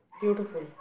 Beautiful